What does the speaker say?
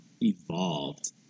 evolved